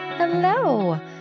Hello